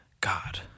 God